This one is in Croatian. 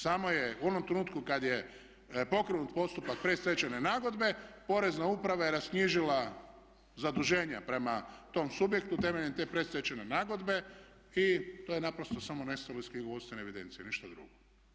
Samo je, u onom trenutku kada je pokrenut postupak predstečajne nagodbe porezna uprava je rasknjižila zaduženja prema tom subjektu temeljem te predstečajne nagodbe i to je naprosto samo nestalo iz knjigovodstvene evidencije, ništa drugo.